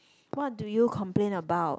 what do you complain about